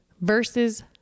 versus